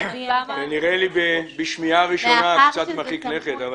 למה ש --- בשמיעה ראשונה זה נראה לי קצת מרחיק לכת.